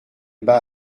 bas